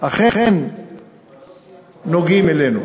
אכן נוגעים בנו.